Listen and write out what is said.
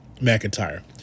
McIntyre